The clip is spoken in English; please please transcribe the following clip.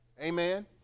amen